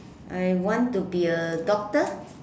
I want to be a doctor